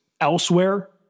elsewhere